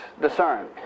discern